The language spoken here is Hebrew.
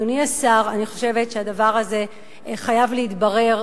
אדוני השר, אני חושבת שהדבר הזה חייב להתברר.